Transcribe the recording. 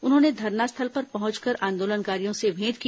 उन्होंने धरनास्थल पर पहुंच कर आंदोलनकारियों से भेंट की